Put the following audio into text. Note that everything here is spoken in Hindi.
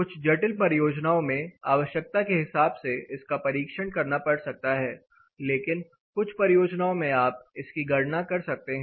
कुछ जटिल परियोजनाओं में आवश्यकता के हिसाब से इसका परीक्षण करना पड़ सकता है लेकिन कुछ परियोजनाओं में आप इसकी गणना कर सकते हैं